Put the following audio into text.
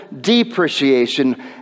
depreciation